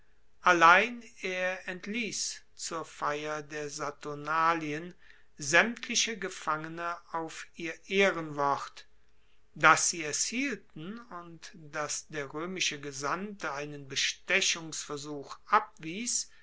allein er entliess zur feier der saturnalien saemtliche gefangene auf ihr ehrenwort dass sie es hielten und dass der roemische gesandte einen bestechungsversuch abwies